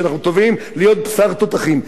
שאנחנו טובים להיות בשר תותחים,